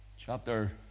Chapter